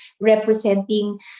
representing